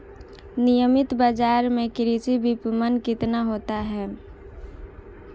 नियमित बाज़ार में कृषि विपणन कितना होता है?